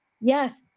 Yes